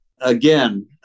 Again